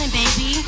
baby